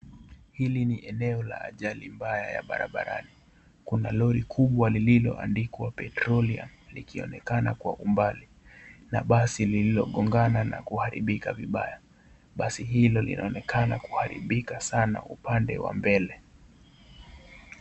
Hili ni eneo mbaya la ajali barabarani. kuna lori kubwa linaloandikwa petrolium likionekana kwa umbali.na basi lililogongana na kuharibika vibaya ..Basi hili linaonekana kuaribika mbele vibaya sana upande wa mbele.